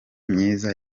myiza